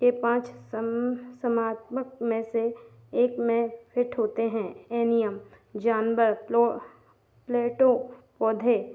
के पाँच सम समात्मक में से एक में फ़िट होते हैं एनियम जानवर प्लो प्लेटो पौधे